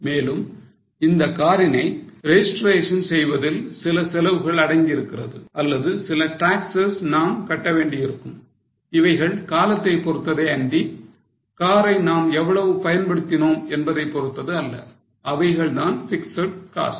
மேலும் இந்த காரினை registration செய்வதில் சில செலவுகள் அடங்கியிருக்கிறது அல்லது சில taxes நாம் கட்ட வேண்டியிருக்கும் இவைகள் காலத்தை பொறுத்ததே அன்றி காரை நாம் எவ்வளவு பயன்படுத்தினோம் என்பதைப் பொறுத்தது அல்ல அவைகள்தான் பிக்ஸட் காஸ்ட்